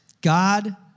God